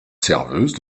serveuse